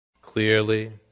Clearly